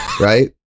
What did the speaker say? right